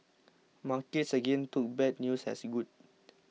markets again took bad news as good